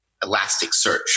Elasticsearch